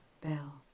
bell